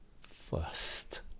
first